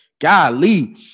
golly